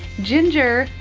ginger,